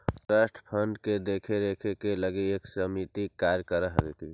trust fund के देख रेख के लगी एक समिति कार्य कर हई